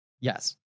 Yes